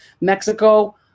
Mexico